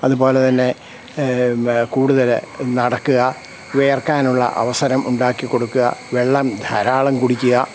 അതുപോലെതന്നെ കൂടുതൽ നടക്കുക വിയർക്കാനുള്ള അവസരം ഉണ്ടാക്കികൊടുക്കുക വെള്ളം ധാരാളം കുടിക്കുക